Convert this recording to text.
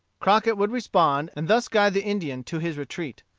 crockett would respond, and thus guide the indian to his retreat.